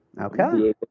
Okay